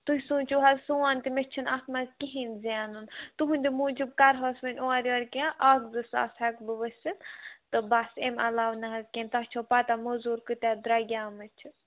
تُہۍ سوٗنٛچِو حظ سون تہٕ مےٚ چھُنہٕ اَتھ منٛز کِہیٖنۍ زینُن تُہٕنٛدِ موٗجوٗب کَرٕہوس وۄنۍ اورٕ یورٕ کیٚنٛہہ اَکھ زٕ ساس ہٮ۪کہٕ بہٕ ؤسِتھ تہٕ بَس امہِ علاوٕ نہٕ حظ کیٚنٛہہ تۄہہِ چھو پَتہ موزوٗر کۭتیٛاہ درٛگیامٕژ چھِ